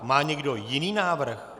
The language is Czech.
Má někdo jiný návrh?